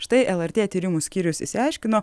štai lrt tyrimų skyrius išsiaiškino